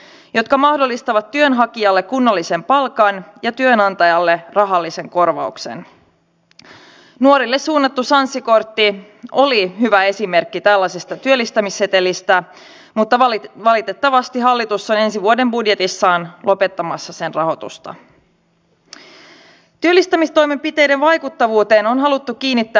mutta nämä edestakaispäätökset tämmöinen ongelma on ollut etenkin vaikkapa lapsilisien kohdalla jolloinka indeksisidonnaisuus joka oli täällä monen puolueen tahtotila saatiin tehtyä ja sitten se otetaan nyt pois ei väliaikaisesti vaan kokonaan